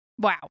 Wow